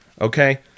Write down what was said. Okay